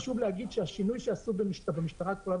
חשוב להגיד שהשינוי שעשו במשטרה הכחולה